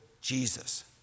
Jesus